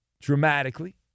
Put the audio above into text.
dramatically